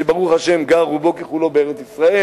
שברוך השם גר רובו ככולו בארץ-ישראל,